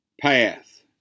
path